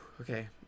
Okay